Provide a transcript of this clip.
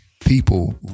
people